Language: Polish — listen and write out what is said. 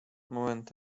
moment